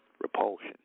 Repulsion